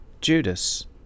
Judas